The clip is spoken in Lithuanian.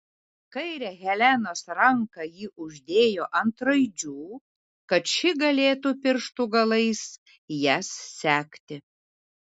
kairę helenos ranką ji uždėjo ant raidžių kad ši galėtų pirštų galais jas sekti